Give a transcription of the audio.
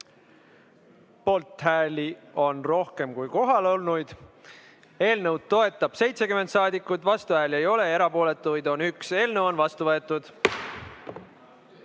Poolthääli on rohkem kui kohalolnuid. Eelnõu toetab 70 saadikut, vastuhääli ei ole, erapooletuid on 1. Eelnõu on vastu võetud.